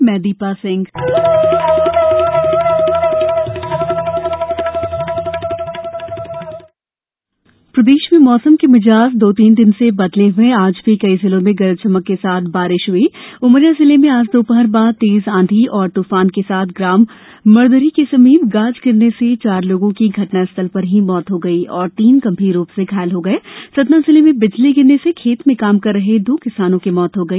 प्रदेश मौसम प्रदेश में मौसम के मिजाज दो तीन दिन से बदले हए हैं आज भी कई जिलों में गरज चमक के साथ बारिश हई उमरिया जिले मे आज दोपहर बाद तेज आंधी और तूफान साथ ग्राम मरदरी के समीप गाज गिरने से चार की घटना स्थल पर ही मौत हो गयी और तीन गंभीर रूप से घायल हो गए है सतना जिले में बिजली गिरने से खेत में काम कर रहे दो किसानों की मौत हो गई